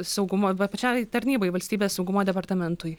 saugumo va pačiai tarnybai valstybės saugumo departamentui